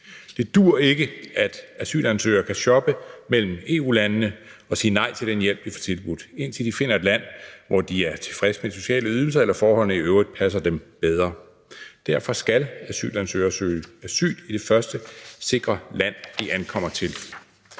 Det duer ikke, at asylansøgere kan shoppe mellem EU-landene og sige nej til den hjælp, de får tilbudt, indtil de finder et land, hvor de er tilfredse med de sociale ydelser eller forholdene i øvrigt passer dem bedre. Derfor skal asylansøgere søge asyl i det første sikre land, de ankommer til.